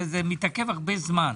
זה מתעכב הרבה זמן.